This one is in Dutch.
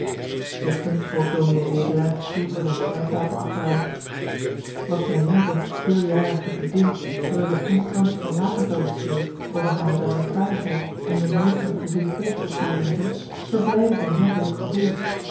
zuchtend schoof ds wedelaar den stoel voor zijn schrijftafel achteruit wat zijn lieve veeljarige vriendin freule constance van lakervelde schreef over hare bereidvaardigheid om den nood van het gezin polsbroek te lenigen verblijdde zijn herderlijk gevoel